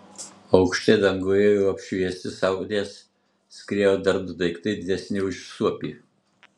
aukštai danguje jau apšviesti saulės skriejo dar du daiktai didesni už suopį